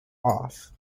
off